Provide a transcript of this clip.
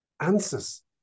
answers